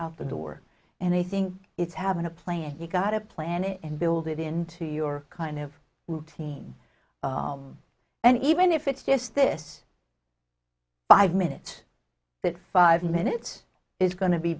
out the door and they think it's having a plan you've got a plan and build it into your kind of routine and even if it's just this five minute that five minutes is going to be